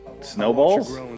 Snowballs